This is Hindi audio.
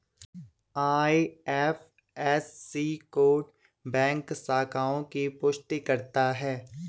आई.एफ.एस.सी कोड बैंक शाखाओं की पुष्टि करता है